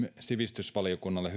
sivistysvaliokunnalle